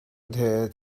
adhere